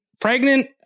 pregnant